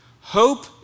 hope